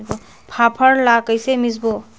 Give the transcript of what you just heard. फाफण ला कइसे मिसबो?